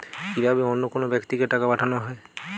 কি ভাবে অন্য কোনো ব্যাক্তিকে টাকা পাঠানো হয়?